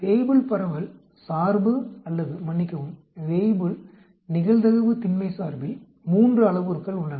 Weibull பரவல் சார்பு அல்லது மன்னிக்கவும் வேய்புல் நிகழ்தகவு திண்மை சார்பில் 3 அளவுருக்கள் உள்ளன